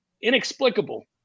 inexplicable